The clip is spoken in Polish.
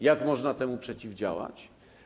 Jak można temu przeciwdziałać?